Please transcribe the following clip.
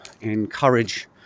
encourage